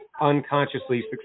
unconsciously